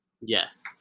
yes